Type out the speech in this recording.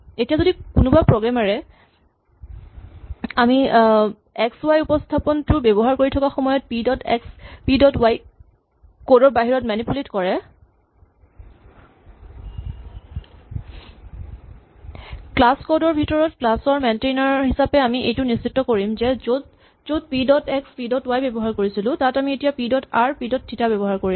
এতিয়া যদি কোনোবা প্ৰগ্ৰেমাৰ এ আমি এক্স ৱাই উপস্হাপনটো ব্যৱহাৰ কৰি থকা সময়ত p dot x p dot y ক কড ৰ বাহিৰত মেনিপুলেট কৰে ক্লাচ কড ৰ ভিতৰত ক্লাচ ৰ মেইন্টেইনাৰ হিচাপে আমি এইটো নিশ্চিত কৰিম যে য'ত য'ত p dot x p dot y ব্যৱহাৰ কৰিছিলো তাত আমি এতিয়া p dot r p dot theta ব্যৱহাৰ কৰিম